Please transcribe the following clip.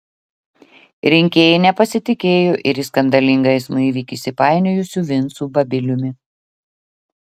rinkėjai nepasitikėjo ir į skandalingą eismo įvykį įsipainiojusiu vincu babiliumi